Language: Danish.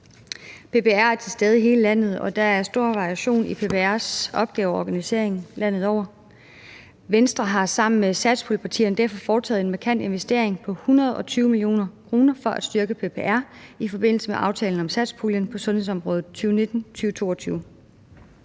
PPR er til stede i hele landet, og der er stor variation i PPR's opgaver og organisering landet over. Venstre har sammen med satspuljepartierne i forbindelse med aftalen om satspuljen på sundhedsområdet for 2019-2022